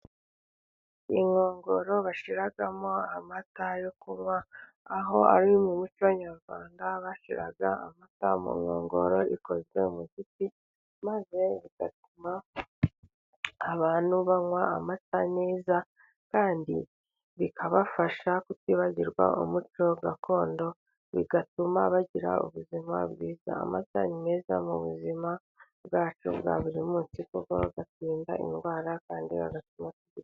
Inkongoro bashiramo amata yo kunywa, aho ari mu muco nyarwanda bashyira amata mu nkongoro ikonzwe mugiti maze bigatuma abantu banywa amata neza, kandi bikabafasha kutibagirwa umuco gakondo, bigatuma bagira ubuzima bwiza; amata ni meza mu buzima bwacu bwa buri munsi kuko aturinda indwara kandi atuma_